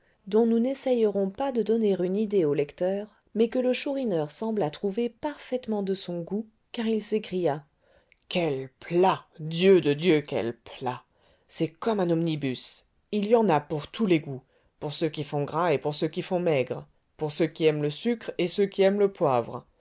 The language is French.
dont nous n'essayerons pas de donner une idée au lecteur mais que le chourineur sembla trouver parfaitement de son goût car il s'écria quel plat dieu de dieu quel plat c'est comme un omnibus il y en a pour tous les goûts pour ceux qui font gras et pour ceux qui font maigre pour ceux qui aiment le sucre et ceux qui aiment le poivre